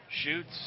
shoots